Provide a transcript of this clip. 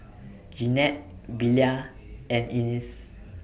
Jeanette Belia and Ines